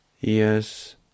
Yes